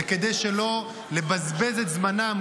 וכדי שלא לבזבז את זמנם,